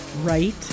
right